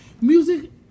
Music